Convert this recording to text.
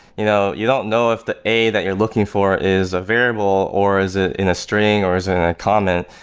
you know you don't know if the a that you're looking for is a variable, or is it in a string, or is it in a comment.